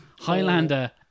Highlander